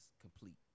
complete